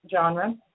genre